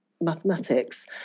mathematics